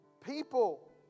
people